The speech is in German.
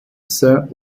saint